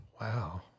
Wow